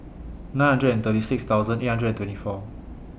nine hundred and thirty six thousand eight hundred and twenty four